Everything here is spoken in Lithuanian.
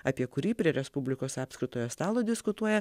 apie kurį prie respublikos apskritojo stalo diskutuoja